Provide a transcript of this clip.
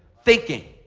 faking.